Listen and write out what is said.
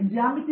professor